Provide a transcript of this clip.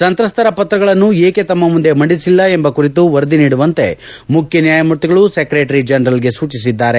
ಸಂತ್ರಸ್ತರ ಪತ್ರಗಳನ್ನು ಏಕೆ ತಮ್ಮ ಮುಂದೆ ಮಂದಿಸಿಲ್ಲ ಎಂಬ ಕುರಿತು ವರದಿ ನೀಡುವಂತೆ ಮುಖ್ಯ ನ್ಯಾಯಮೂರ್ತಿಗಳು ಸೆಕ್ರೆಟರಿ ಜನರಲ್ಗೆ ಸೂಚಿಸಿದ್ದಾರೆ